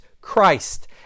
Christ